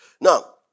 Now